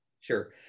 Sure